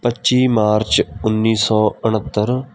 ਪੱਚੀ ਮਾਰਚ ਉੱਨੀ ਸੌ ਉਣਹੱਤਰ